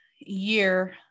year